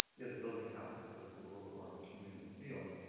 yeah, they're building houses, so that's a little bit more of a community feeling.